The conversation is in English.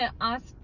ask